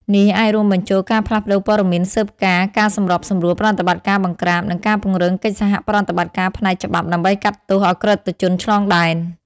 នេះអាចរួមបញ្ចូលការផ្លាស់ប្តូរព័ត៌មានស៊ើបការណ៍ ការសម្របសម្រួលប្រតិបត្តិការបង្ក្រាប និងការពង្រឹងកិច្ចសហប្រតិបត្តិការផ្នែកច្បាប់ដើម្បីកាត់ទោសឧក្រិដ្ឋជនឆ្លងដែន។